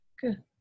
Good